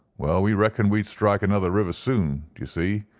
well, we reckoned we'd strike another river soon, d'ye see.